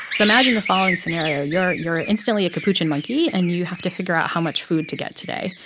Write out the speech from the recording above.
so imagine the following scenario you're you're instantly a capuchin monkey. and you have to figure out how much food to get today.